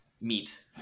meet